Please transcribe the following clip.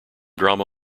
drama